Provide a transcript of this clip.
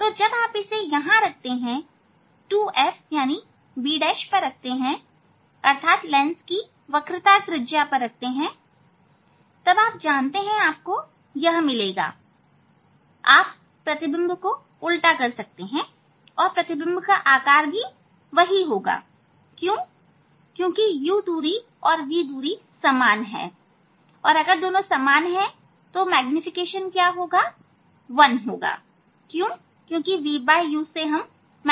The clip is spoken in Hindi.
तो जब आप इसे यहां रखते हैं 2F B' पर रखते हैं अर्थात इस लेंस की वक्रता त्रिज्या पर तब आप जानते हैं आपको यह मिलेगा आप प्रतिबिंब को उल्टा कर सकते हैं और प्रतिबिंब का आकार भी वही होगा क्योंकि u दूरी और v दूरी समान है तो मैग्निफिकेशन 1 है vu